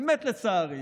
באמת לצערי,